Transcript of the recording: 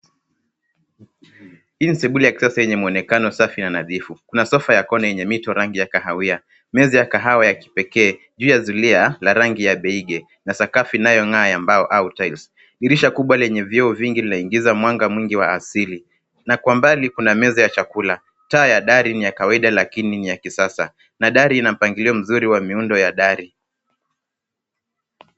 Hii ni sebule ya kisasa yenye mwonekano wa safi ya nadhifu. Kuna sofa ya kona yenye mito rangi ya kahawia, meza ya kahawa ya kipekee juu ya zulia la rangi ya beige na sakafu inayong'aa ya mbao au tiles . Dirisha kubwa lenye vioo vingi linaingiza mwanga mwingi wa asili na kwa mbali kuna meza ya chakula. Taa ya dari ni ya kawaida lakini ni ya kisasa na dari ina mpangilio mzuri wa miundo ya dari.